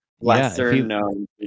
lesser-known